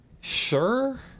Sure